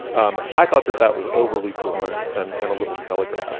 um i thought that that was overly blunt and and a little telegraphed